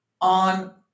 on